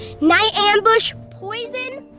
night ambush, poison.